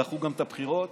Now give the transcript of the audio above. דחו גם את הבחירות